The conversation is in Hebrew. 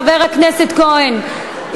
חבר הכנסת כהן,